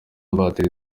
batiri